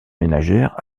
ménagères